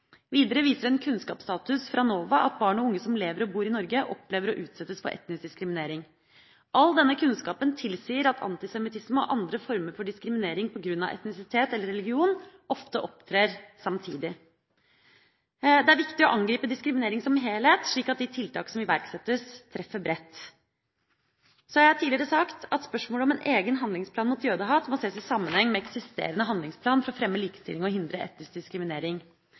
Videre viser en kunnskapsstatus fra NOVA at barn og unge som lever og bor i Norge, opplever å bli utsatt for etnisk diskriminering. All denne kunnskapen tilsier at antisemittisme og andre former for diskriminering pga. etnisitet eller religion, ofte opptrer samtidig. Det er viktig å angripe diskriminering som helhet, slik at de tiltakene som iverksettes, treffer bredt. Jeg har tidligere sagt at spørsmålet om en egen handlingsplan mot jødehat må ses i sammenheng med den eksisterende handlingsplanen for å fremme likestilling og hindre etnisk diskriminering.